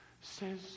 says